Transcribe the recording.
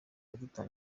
duhita